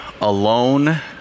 alone